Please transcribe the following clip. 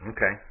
Okay